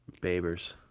Babers